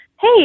Hey